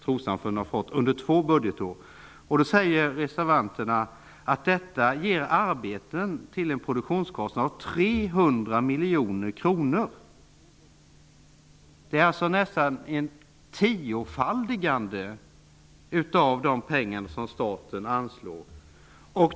Reservanterna säger att detta ger arbeten till en produktionskostnad av 300 miljoner kronor. Det är nästan ett tiofaldigande av de pengar som staten anslår.